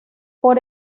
por